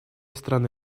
страны